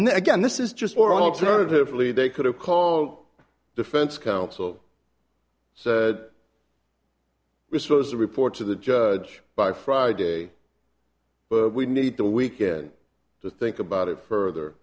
then again this is just or alternatively they could have called defense counsel so we're supposed to report to the judge by friday but we need the weekend to think about it further